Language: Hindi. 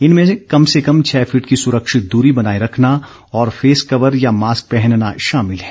इनमें कम से कम छह फीट की सुरक्षित दूरी बनाए रखना और फेस कवरे या मास्क पहनना शामिल है